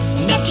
Now